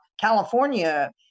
California